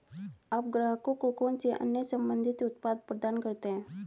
आप ग्राहकों को कौन से अन्य संबंधित उत्पाद प्रदान करते हैं?